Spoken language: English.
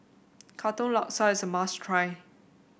Katong Laksa is a must try